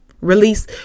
Release